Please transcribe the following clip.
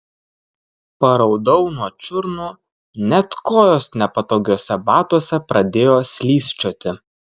paraudau nuo čiurnų net kojos nepatogiuose batuose pradėjo slysčioti